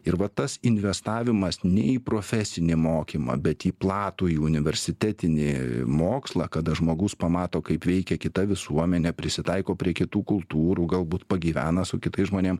ir va tas investavimas ne į profesinį mokymą bet į platųjį universitetinį mokslą kada žmogus pamato kaip veikia kita visuomenė prisitaiko prie kitų kultūrų galbūt pagyvena su kitais žmonėm